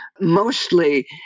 mostly